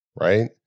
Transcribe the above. Right